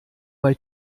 bei